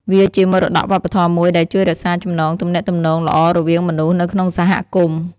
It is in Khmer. វាជាមរតកវប្បធម៌មួយដែលជួយរក្សាចំណងទំនាក់ទំនងល្អរវាងមនុស្សនៅក្នុងសហគមន៍។